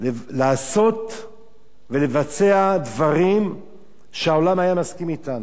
לעשות ולבצע דברים שהעולם היה מסכים אתנו.